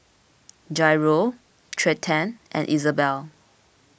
Jairo Trenten and Isabella